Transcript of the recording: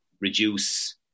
reduce